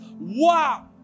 Wow